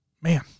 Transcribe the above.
Man